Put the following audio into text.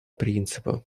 принципа